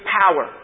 power